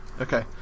Okay